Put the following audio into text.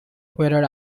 whether